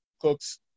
cooks